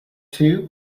too